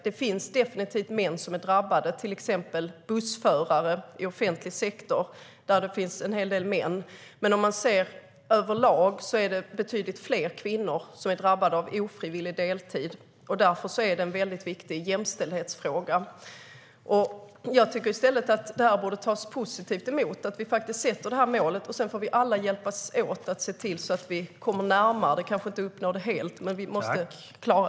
Det finns definitivt män som är drabbade, till exempel bland bussförare i offentlig sektor. Där finns det en hel del män. Men överlag är det betydligt fler kvinnor som är drabbade av ofrivillig deltid. Därför är det en viktig jämställdhetsfråga. Jag tycker att det borde tas emot positivt att vi sätter det här målet. Sedan får vi alla hjälpas åt för att se till att vi kommer närmare det. Vi kanske inte uppnår det helt, men det måste vi klara.